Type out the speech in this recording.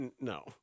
No